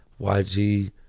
YG